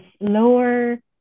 lower